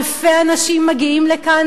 אלפי אנשים מגיעים לכאן,